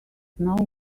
know